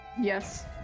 Yes